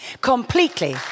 Completely